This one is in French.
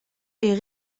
est